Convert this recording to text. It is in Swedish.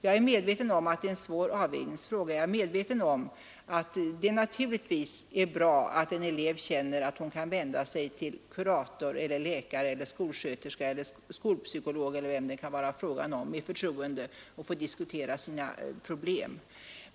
Jag är medveten om att det är en svår avvägningsfråga, och jag är medveten om att det naturligtvis är bra att eleverna känner att de med förtroende kan vända "sig till kurator, läkare, skolsköterska, skolpsykolog eller vem det kan vara fråga om och diskutera sina problem.